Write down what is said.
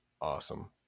awesome